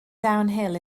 downhill